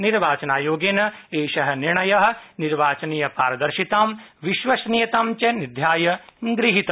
निर्वाचनायोगेन एषः निर्णयः निर्वाचनीय पारदर्शितां विश्वसनीयतां च निध्याय गृहीतः